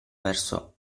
verso